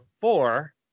four